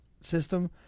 system